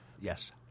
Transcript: Yes